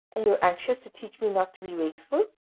and you are anxious to teach me not to be wasteful,